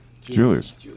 Julius